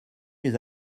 les